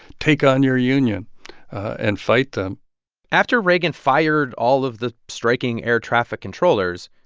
take on your union and fight them after reagan fired all of the striking air-traffic controllers,